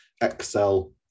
Excel